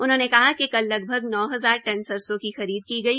उनहोंने कहा कि कल लगभग नौ हजार टन सरसों की खरीद की गई